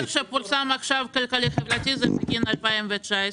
הסקר הכלכלי-חברתי שפורסם עכשיו הוא בגין 2019,